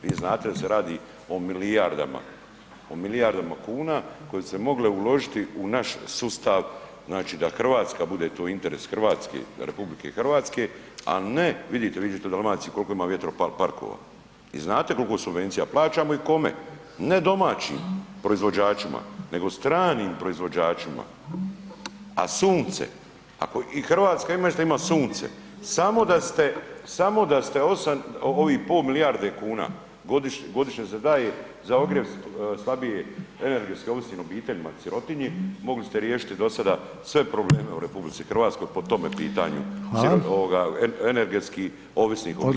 Vi znate da se radi o milijardama, o milijardama kuna koje bi se mogle uložiti u naš sustav, znači da Hrvatska bude, to je interes Hrvatske, RH, a ne vidite, vidite u Dalmaciji koliko ima vjetroparkova i znate koliko subvencija plaćamo i kome, ne domaćim proizvođačima nego stranim proizvođačima, a sunce i Hrvatska isto ima sunce, samo da ste, samo da ste 8 ovih pol milijardi kuna godišnje, godišnje se daje za ogrjev slabije energetski ovisnim obiteljima i sirotinji mogli ste riješiti do sada sve probleme u RH po tome pitanju ovoga energetski ovisnih obitelji.